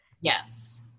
Yes